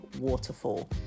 waterfall